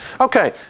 Okay